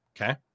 Okay